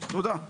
תודה.